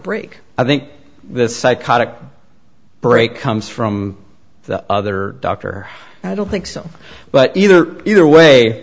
break i think the psychotic break comes from the other dr i don't think so but either either way